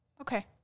Okay